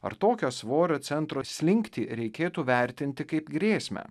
ar tokio svorio centro slinktį reikėtų vertinti kaip grėsmę